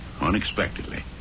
unexpectedly